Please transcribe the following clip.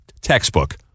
textbook